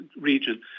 region